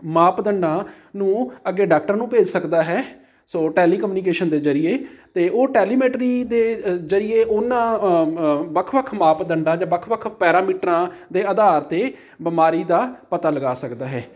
ਮਾਪਦੰਡਾਂ ਨੂੰ ਅੱਗੇ ਡਾਕਟਰ ਨੂੰ ਭੇਜ ਸਕਦਾ ਹੈ ਸੋ ਟੈਲੀਕਮਿਊਨੀਕੇਸ਼ਨ ਦੇ ਜ਼ਰੀਏ ਅਤੇ ਉਹ ਟੈਲੀਮੈਂਟਰੀ ਦੇ ਜ਼ਰੀਏ ਉਹਨਾਂ ਵੱਖ ਵੱਖ ਮਾਪਦੰਡਾਂ ਜਾਂ ਵੱਖ ਵੱਖ ਪੈਰਾਮੀਟਰਾਂ ਦੇ ਆਧਾਰ 'ਤੇ ਬਿਮਾਰੀ ਦਾ ਪਤਾ ਲਗਾ ਸਕਦਾ ਹੈ